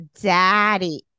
daddy